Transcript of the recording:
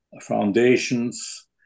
foundations